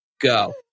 go